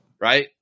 Right